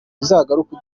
uzagaruka